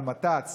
על מת"צ